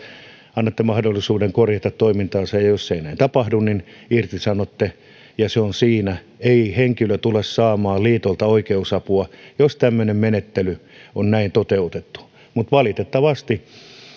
annatte mahdollisuuden korjata toimintaansa ja ja jos ei näin tapahdu niin irtisanotte ja se on siinä ei henkilö tule saamaan liitolta oikeusapua jos tämmöinen menettely on näin toteutettu mutta valitettavasti